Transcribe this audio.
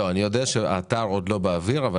אני יודע שהאתר עדיין לא באוויר אבל